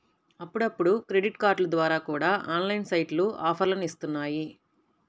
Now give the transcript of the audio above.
అప్పుడప్పుడు క్రెడిట్ కార్డుల ద్వారా కూడా ఆన్లైన్ సైట్లు ఆఫర్లని ఇత్తన్నాయి